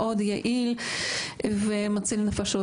מאוד יעיל ומציל נפשות,